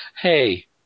Hey